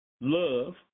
love